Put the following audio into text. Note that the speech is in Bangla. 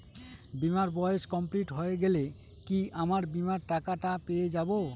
বীমার বয়স কমপ্লিট হয়ে গেলে কি আমার বীমার টাকা টা পেয়ে যাবো?